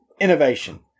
innovation